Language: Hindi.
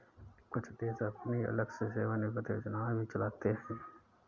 कुछ देश अपनी अलग से सेवानिवृत्त योजना भी चलाते हैं